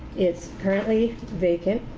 it's currently vacant,